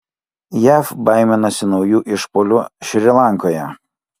jav baiminasi naujų išpuolių šri lankoje